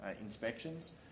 inspections